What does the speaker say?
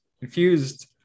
confused